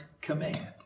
command